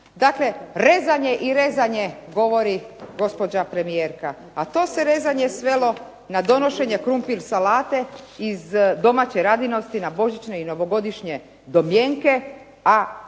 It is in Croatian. Dakle, rezanje i rezanje govori gospođa premijerka, a to se rezanje svelo na donošenje krumpir salate iz domaće radinosti na božićne i novogodišnje domjenke, a